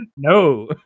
No